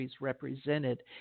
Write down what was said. represented